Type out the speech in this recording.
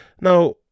now